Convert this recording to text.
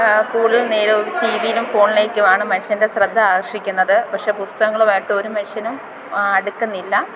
കൂടുതൽ നേരവും റ്റീ വീലും ഫൊണ്ലേക്കുമാണ് മനുഷ്യന്റെ ശ്രദ്ധ ആകര്ഷിക്കുന്നത് പക്ഷേ പുസ്തകങ്ങളുമായിട്ട് ഒരു മനുഷ്യനും അടുക്കുന്നില്ല